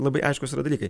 labai aiškūs yra dalykai